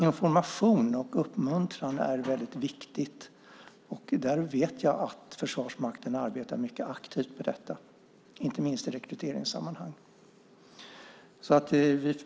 Information och uppmuntran är väldigt viktigt. Där vet jag att Försvarsmakten arbetar mycket aktivt inte minst i rekryteringssammanhang.